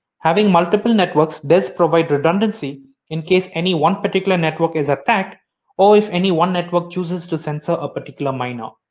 having multiple networks does provide redundancy in case any one particular network is attacked or if any one network chooses to censor a particular miner.